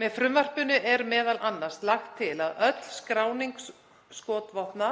Með frumvarpinu er m.a. lagt til að öll skráning skotvopna